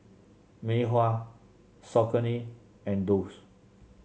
Mei Hua Saucony and Doux